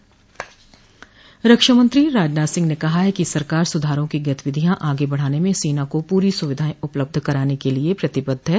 रक्षामंत्री राजनाथ सिंह ने कहा है कि सरकार सुधारों की गतिविधियां आगे बढ़ाने में सेना को पूरी सुविधाएं उपलब्ध कराने के लिए प्रतिबद्ध है